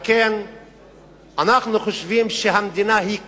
אנחנו חושבים שהמדינה היא כלי,